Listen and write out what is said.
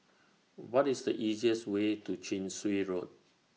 What IS The easiest Way to Chin Swee Road